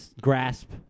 grasp